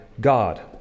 God